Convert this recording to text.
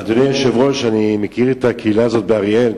אדוני היושב-ראש, אני מכיר את הקהילה הזאת באריאל.